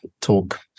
talk